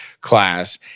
class